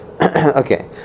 Okay